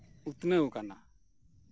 ᱩᱛᱱᱟᱹᱣ ᱟᱠᱟᱱᱟ